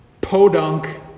Podunk